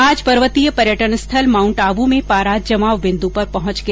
आज पर्वतीय पर्यटन स्थल माउन्ट आबू में पारा जमाव बिन्दू पर पहुंच गया